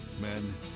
Men